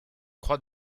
croix